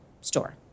store